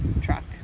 truck